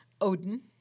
Odin